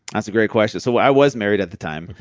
that's a great question. so i was married at the time.